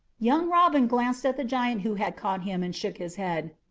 young robin glanced at the giant who had caught him, and shook his head.